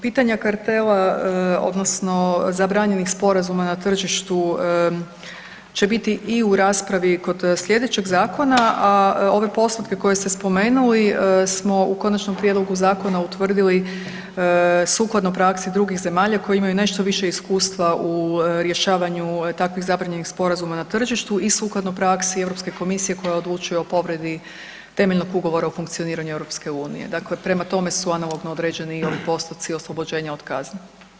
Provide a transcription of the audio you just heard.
Pitanje kartela odnosno zabranjenih sporazuma na tržištu će biti i u raspravi kod slijedećeg zakona, a ove postotke koje ste spomenuli smo u konačnom prijedlogu zakona utvrdili sukladno praksi drugih zemalja koje imaju nešto više iskustva u rješavanju takvih zabranjenih sporazuma na tržištu i sukladno praksi Europske komisije koja odlučuje o povredi temeljnog Ugovora o funkcioniranju EU, dakle prema tome su analogno određeni i ovi postoci oslobođenja od kazni.